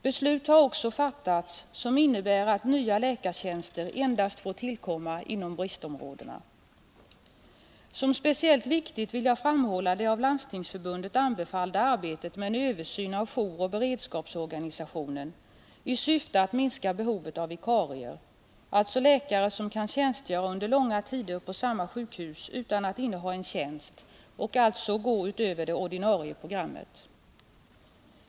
Beslut har också fattats som innebär att nya läkartjänster endast får tillkomma inom bristområdena. Som speciellt viktigt vill jag framhålla det av Landstingsförbundet anbefallda arbetet med en översyn av jouroch beredskapsorganisationen i syfte att minska behovet av vikarier, alltså läkare som kan tjänstgöra under långa tider på samma sjukhus utan att inneha en tjänst, dvs. gå utöver det ordinarie programmet.